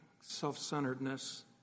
Self-centeredness